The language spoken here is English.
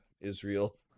Israel